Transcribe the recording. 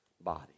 body